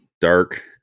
dark